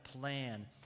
plan